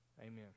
Amen